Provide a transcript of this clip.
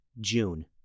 June